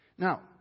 Now